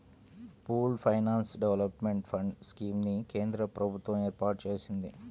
pooled finance development fund scheme ని కేంద్ర ప్రభుత్వం ఏర్పాటు చేసింది